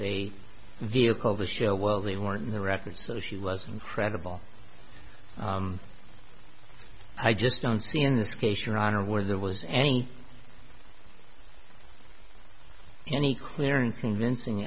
a vehicle to show well they weren't in the rafters so she was incredible i just don't see in this case your honor where there was any any clear and convincing